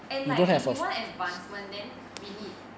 and like if you want advancement then we need